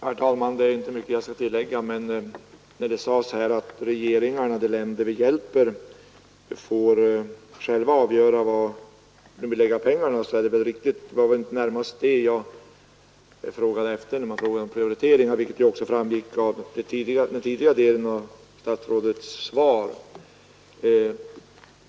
Herr talman! Det är inte mycket jag skall tillägga. Statsrådets uttalande att regeringarna i de länder vi hjälper själva får avgöra var de vill lägga pengarna är väl riktigt. Det var inte närmast det som jag avsåg med min fråga om prioritering, vilket ju också framgick av den tidigare delen av statsrådets svar.